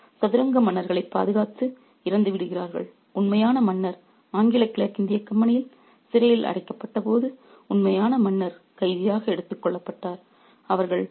எனவே அவர்கள் சதுரங்க மன்னர்களைப் பாதுகாத்து இறந்துவிடுகிறார்கள் உண்மையான மன்னர் ஆங்கில கிழக்கிந்திய கம்பெனியால் சிறையில் அடைக்கப்பட்டபோது உண்மையான மன்னர் கைதியாக எடுத்துக் கொள்ளப்பட்டார்